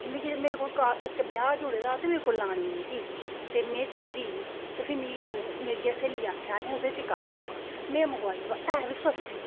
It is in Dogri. ते मिगी मेरे कोल इक ब्याह् जुड़े दा ते मेरे कोल लाने निं थी ते में चाहिदी ते फ्ही मिगी मेरिया स्हेलिया आखेआ न ओह्दे च कर बुक्क में मंगोआई व है बी सस्ती